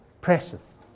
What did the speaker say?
precious